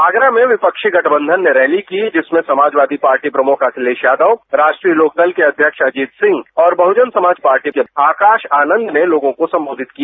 आगरा में विपक्षी गठबंधन ने रैली की जिसमें समाजवादी पार्टी प्रमुख अखिलेश यादव राष्ट्रीय लोकदल के अध्यक्ष अजीत सिंह और आकाश आनंद ने लोगों को संबोधित किया